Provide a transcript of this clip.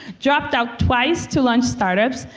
dropped out twice to launch startups,